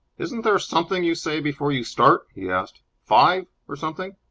isn't there something you say before you start? he asked. five, or something?